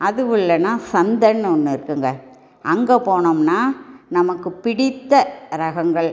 அதுவும் இல்லைன்னா சந்தைன்னு ஒன்று இருக்குதுங்க அங்கே போனோம்னா நமக்கு பிடித்த ரகங்கள்